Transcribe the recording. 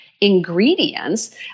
ingredients